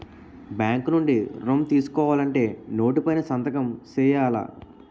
bank నుండి ఋణం తీసుకోవాలంటే నోటు పైన సంతకం సేయాల